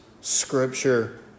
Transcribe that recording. scripture